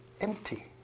empty